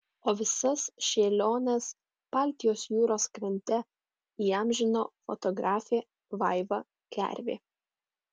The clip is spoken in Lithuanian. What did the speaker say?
o visas šėliones baltijos jūros krante įamžino fotografė vaiva gervė